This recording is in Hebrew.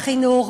בחינוך,